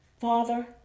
Father